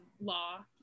law